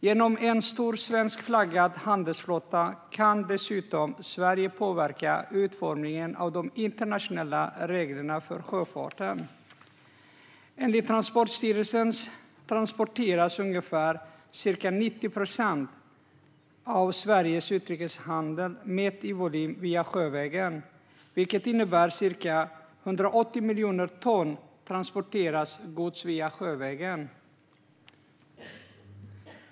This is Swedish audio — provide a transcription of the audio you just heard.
Genom en stor svenskflaggad handelsflotta kan Sverige dessutom påverka utformningen av de internationella reglerna för sjöfarten. Enligt Transportstyrelsen transporteras ungefär 90 procent av Sveriges utrikeshandel, mätt i volym, sjövägen, vilket innebär ca 180 miljoner ton transporterat gods.